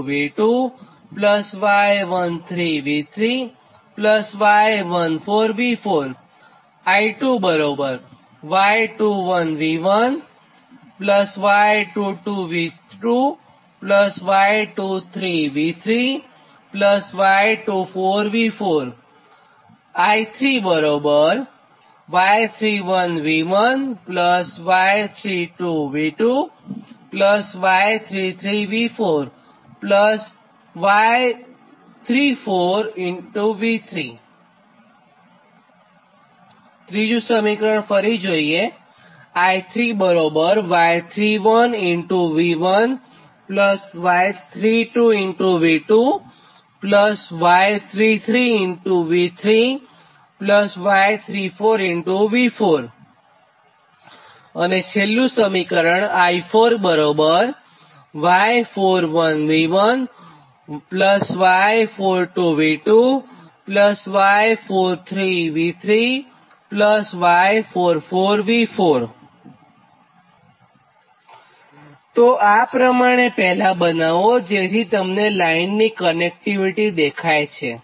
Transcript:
તો આ પ્રમાણે પહેલા બનાવોજેથી તમને લાઇનની કનેક્ટીવીટી દેખાય છે